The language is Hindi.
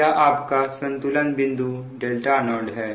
यह आपका संतुलन बिंदु 0 है